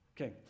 Okay